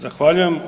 Zahvaljujem.